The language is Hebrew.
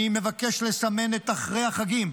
אני מבקש לסמן את אחרי החגים,